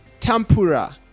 Tampura